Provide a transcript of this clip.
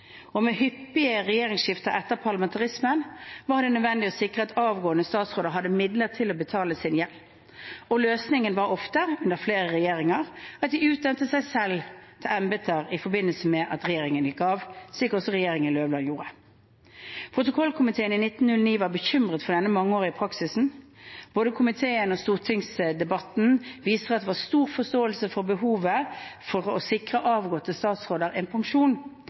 Med hyppige regjeringsskifter etter parlamentarismen var det nødvendig å sikre at avgående statsråder hadde midler til å betale sin gjeld. Løsningen var ofte, under flere regjeringer, at de utnevnte seg selv til embeter i forbindelse med at regjeringen gikk av, slik også regjeringen Løvland gjorde. Protokollkomiteen i 1909 var bekymret for denne mangeårige praksisen. Både komiteen og stortingsdebatten viser at det var stor forståelse for behovet for å sikre avgåtte statsråder en pensjon,